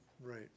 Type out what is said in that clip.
Right